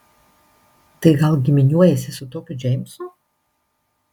tai gal giminiuojiesi su tokiu džeimsu